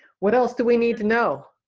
what else do we need to know?